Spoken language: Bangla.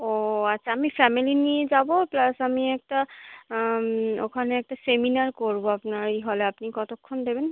ও আচ্ছা আমি ফ্যামিলি নিয়ে যাবো প্লাস আমি একটা ওখানে একটা সেমিনার করবো আপনার ওই হলে আপনি কতোক্ষণ দেবেন